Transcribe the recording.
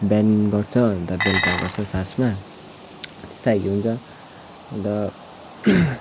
बिहान गर्छ अन्त बेलुका गर्छ साँझमा त्यस्तो खाले हुन्छ अन्त